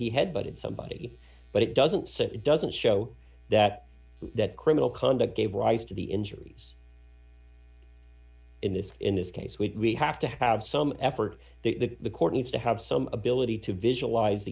he head butted somebody but it doesn't say it doesn't show that that criminal conduct gave rise to the injuries in this in this case we have to have some effort the the court needs to have some ability to visualize